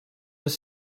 les